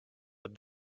but